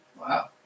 Wow